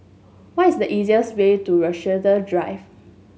what is the easiest way to Rochester Drive